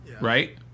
right